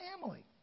family